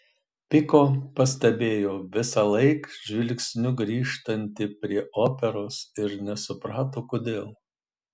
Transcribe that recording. piko pastebėjo visąlaik žvilgsniu grįžtanti prie operos ir nesuprato kodėl